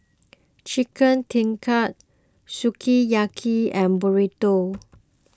Chicken Tikka Sukiyaki and Burrito